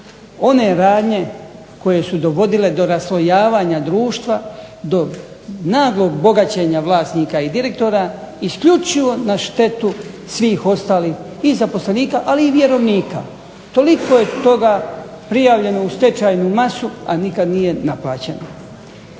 one radnje koje su dovodile do raslojavanja društva, do naglog bogaćenja vlasnika i direktora isključivo na štetu svih ostalih i zaposlenika, ali i vjerovnika. Toliko je toga prijavljeno u stečajnu masu, a nikad nije naplaćeno.